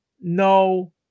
No